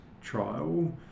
trial